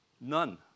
None